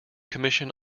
commission